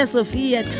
Sophia